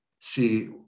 see